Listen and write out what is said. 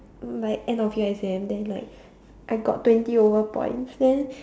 my end of year exam then like I got twenty over points then